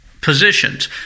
positions